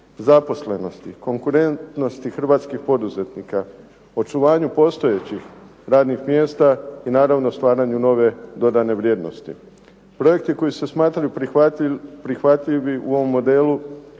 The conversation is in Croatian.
zaposlenosti, konkurentnosti hrvatskih poduzetnika, očuvanju postojećih radnih mjesta i naravno stvaranju nove dodane vrijednosti. Projekti koji se smatraju prihvatljivim u ovom modelu